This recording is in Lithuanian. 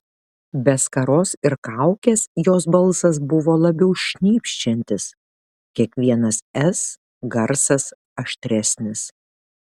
be skaros ir kaukės jos balsas buvo labiau šnypščiantis kiekvienas s garsas aštresnis